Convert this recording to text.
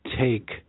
take